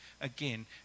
again